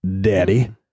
daddy